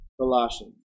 Colossians